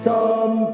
Come